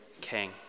king